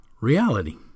reality